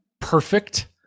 perfect